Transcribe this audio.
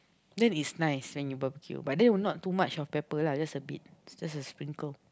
then is nice when you barbecue but then not too much of pepper lah just a bit just a sprinkle